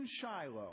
Shiloh